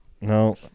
no